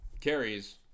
carries